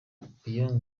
beyoncé